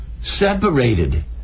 separated